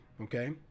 okay